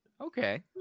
okay